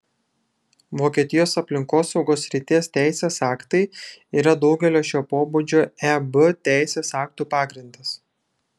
vokietijos aplinkosaugos srities teisės aktai yra daugelio šio pobūdžio eb teisės aktų pagrindas